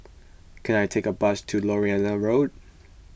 can I take a bus to Lornie Road